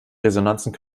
resonanzen